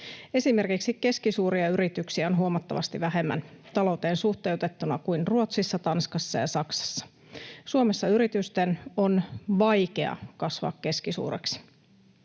Esimerkiksi keskisuuria yrityksiä on talouteen suhteutettuna huomattavasti vähemmän kuin Ruotsissa, Tanskassa ja Saksassa. Suomessa yritysten on vaikea kasvaa keskisuureksi.